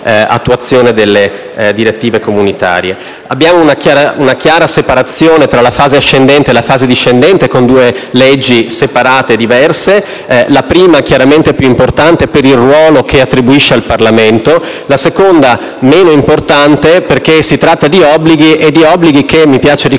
delle direttive comunitarie. Abbiamo una chiara separazione tra la fase ascendente e la fase discendente, con due leggi separate e diverse. La prima chiaramente è più importante per il ruolo che attribuisce al Parlamento; la seconda è meno importante, perché si tratta di obblighi che ‑ mi piace ricordare